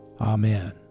Amen